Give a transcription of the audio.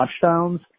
touchdowns